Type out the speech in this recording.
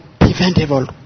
preventable